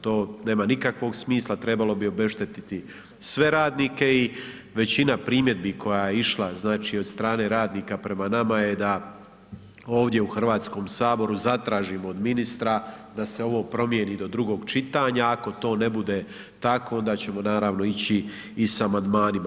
To nema nikakvog smisla, trebalo bi obešteti se radnike i većina primjedbi koja je išla od strane radnika prema nama je da ovdje u Hrvatskom saboru zatražimo od ministra da se ovo promijeni do drugog čitanja, ako to ne bude tako onda ćemo naravno ići i sa amandmanima.